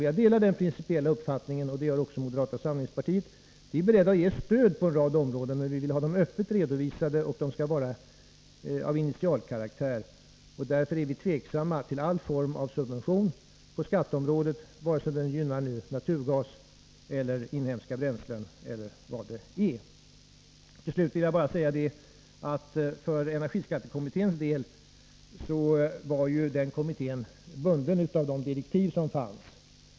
Jag delar den principiella uppfattningen, och det gör också moderata samlingspartiet. Vi är beredda att ge stöd på en rad områden, men vi vill ha dem öppet redovisade. Det skall vara av initialkaraktär. Däremot är vi tveksamma till all form av subventionering på skatteområdet, vare sig den nu gynnar naturgas, inhemska bränslen eller vad det nu är fråga om. Till slut vill jag säga att energiskattekommittén ju var bunden av sina direktiv.